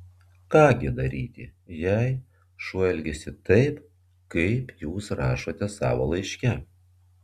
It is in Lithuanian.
ką gi daryti jei šuo elgiasi taip kaip jūs rašote savo laiške